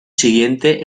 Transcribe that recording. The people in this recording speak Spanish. siguiente